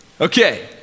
Okay